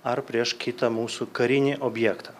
ar prieš kitą mūsų karinį objektą